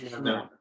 no